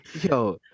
Yo